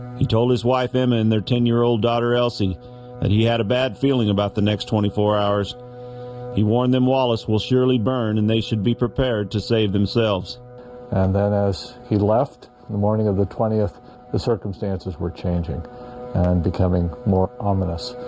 he told his wife emma in their ten year old daughter elsie that and he had a bad feeling about the next twenty four hours he warned them wallace will surely burn and they should be prepared to save themselves and then as he left in the morning of the twentieth the circumstances were changing and becoming more ominous